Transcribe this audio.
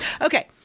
Okay